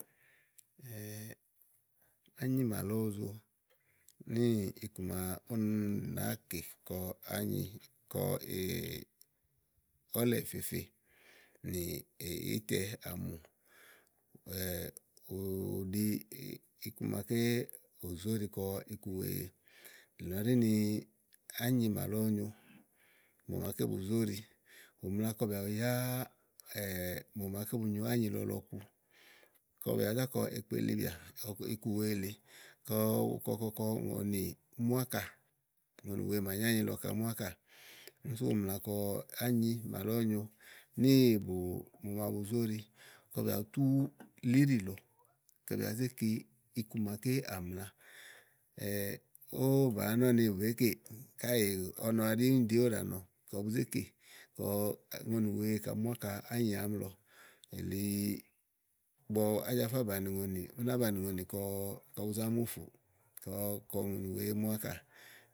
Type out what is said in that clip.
ányi màa lɔ ówo zo, níì íku màa úni nàá aké kɔ ányi kɔ ɔ̀lɛ̀ìfefe nì ítɛ àmù ̇ù ɖi iku maké òzóɖi kɔ iku wèe nìlɔ ɖíni ányi màa lɔ ówo nyo, mò màaké bu zóɖi, ù mla kɔ bìà buyá mò màa ké bu nyo ányi lɔlɔ ku kɔ bìà bu zà kɔ ekpeli bìà iku wèe lèe. Kɔ bu kɔkɔ kɔ ùŋonì iì mu ákà, úɲonì wèe màa nyo ányi lɔ kàá mu ákà, úni sú ù mla lɔ kani ányi màa lɔ ówo nyo níì bù mò màa bu zóɖi, kɔ bìà bu tú li íɖì lɔ, kɔ bìà bu zé ke iku màaké àmla. ówó bàáá nɔ ni bèè kéé káèè ɔnɔ ɛɖì úni ɖi ówo ɖàa nɔ kɔ bu zé kè, kɔ ùŋonì wèe kàá mu áka ányi àámi lɔ. èli ígbɔ ajafá bàni ùŋonì, ú ná banìi ùŋonì kɔbu Zá mu ùfùù, kɔ ùŋonì wèe eé mu ákà.